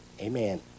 Amen